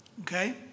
okay